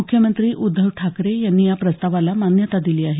मुख्यमंत्री उद्धव ठाकरे यांनी या प्रस्तावाला मान्यता दिली आहे